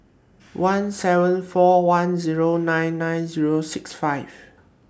one seven four one Zero nine nine Zero six five